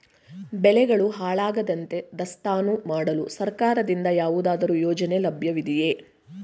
ಬೆಳೆಗಳು ಹಾಳಾಗದಂತೆ ದಾಸ್ತಾನು ಮಾಡಲು ಸರ್ಕಾರದಿಂದ ಯಾವುದಾದರು ಯೋಜನೆ ಲಭ್ಯವಿದೆಯೇ?